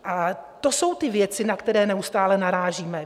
A to jsou ty věci, na které neustále narážíme.